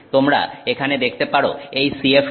তোমরা এখানে দেখতে পারো এই CF2